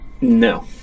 No